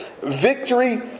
victory